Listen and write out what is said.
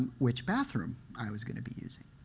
which bathroom i was going to be using.